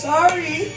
Sorry